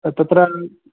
तत्र